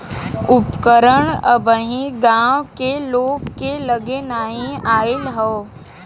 उपकरण अबहिन गांव के लोग के लगे नाहि आईल हौ